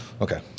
Okay